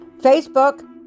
Facebook